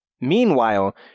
Meanwhile